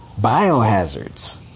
biohazards